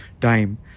time